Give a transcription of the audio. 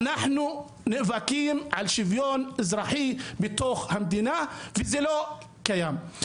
אנחנו נאבקים על שוויון אזרחי בתוך המדינה וזה לא קיים.